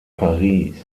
paris